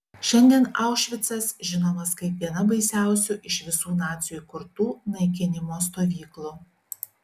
šiandien aušvicas žinomas kaip viena baisiausių iš visų nacių įkurtų naikinimo stovyklų